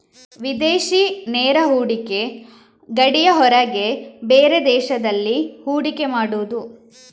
ವಿದೇಶಿ ನೇರ ಹೂಡಿಕೆ ಗಡಿಯ ಹೊರಗೆ ಬೇರೆ ದೇಶದಲ್ಲಿ ಹೂಡಿಕೆ ಮಾಡುದು